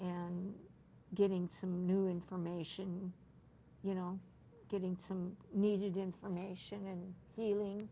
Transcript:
and getting some new information you know getting some needed information and healing